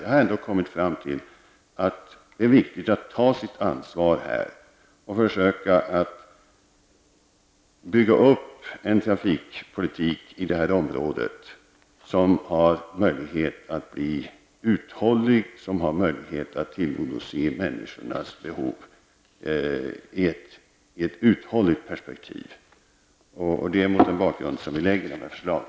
Jag har ändå kommit fram till att det är viktigt att ta sitt ansvar och försöka bygga upp en trafikpolitik i området som har möjlighet att tillgodose människornas behov i ett uthålligt perspektiv. Det är mot den bakgrunden som vi lägger förslagen.